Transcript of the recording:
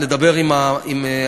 לדבר עם המפעל.